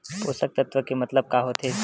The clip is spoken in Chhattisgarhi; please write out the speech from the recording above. पोषक तत्व के मतलब का होथे?